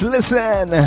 Listen